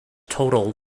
total